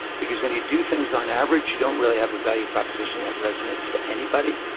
because when you do things on average, you don't really have a value proposition that resonates to anybody.